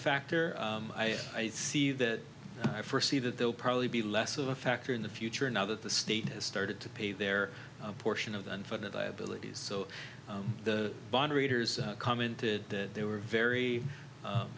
factor i see that i first see that they'll probably be less of a factor in the future now that the state has started to pay their portion of the unfunded liabilities so the bond readers commented that they were very